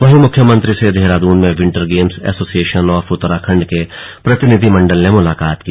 वहीं मुख्यमंत्री से देहरादून में winter game association of Uttarakhand के प्रतिनिधमंडल ने मुलाकात की